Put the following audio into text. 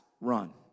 run